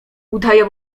udaje